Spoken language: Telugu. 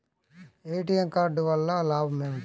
ఏ.టీ.ఎం కార్డు వల్ల లాభం ఏమిటి?